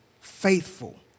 faithful